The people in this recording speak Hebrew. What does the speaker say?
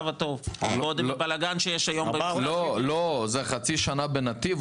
ועוד עם הבלגן שיש היום --- לא זה חצי שנה בנתיב,